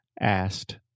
asked